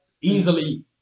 easily